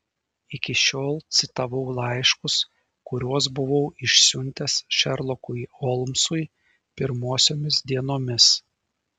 iki šiol citavau laiškus kuriuos buvau išsiuntęs šerlokui holmsui pirmosiomis dienomis